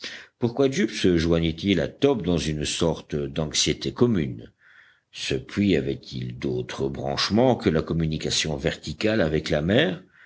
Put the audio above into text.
pourquoi jup se joignait il à top dans une sorte d'anxiété commune ce puits avait-il d'autres branchements que la communication verticale avec la mer